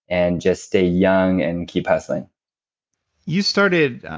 and just stay young and keep hustling you started.